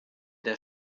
der